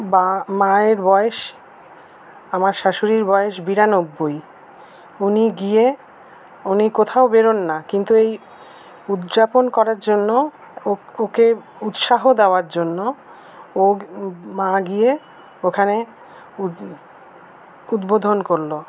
বা মায়ের বয়স আমার শাশুড়ির বয়েস বিরানব্বই উনি গিয়ে উনি কোথাও বেরোন না কিন্তু এই উদযাপন করার জন্য ও ওকে উৎসাহ দেওয়ার জন্য ও ও মা গিয়ে ওখানে উদ উদ্বোধন করলো